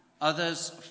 others